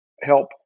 help